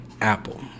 Apple